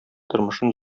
тормышын